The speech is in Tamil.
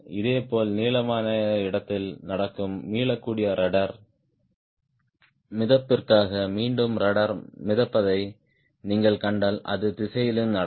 இதேபோல் நீளமான இடத்தில் நடக்கும் மீளக்கூடிய ரட்ட்ர் மிதப்பிற்காக மீண்டும் ரட்ட்ர் மிதப்பதை நீங்கள் கண்டால் அது திசையிலும் நடக்கும்